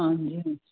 ਹਾਂਜੀ